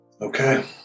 Okay